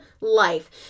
life